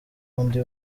undi